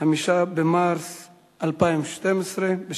5 במרס 2012,